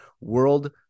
World